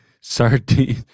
sardine